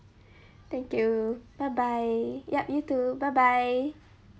thank you bye bye yup you too bye bye